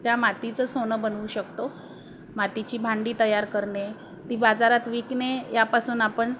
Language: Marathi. त्या मातीचं सोनं बनवू शकतो मातीची भांडी तयार करणे ती बाजारात विकणे यापासून आपण